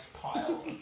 pile